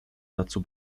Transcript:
dazu